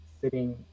sitting